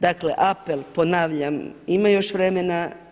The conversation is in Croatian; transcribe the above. Dakle, apel, ponavljam, ima još vremena.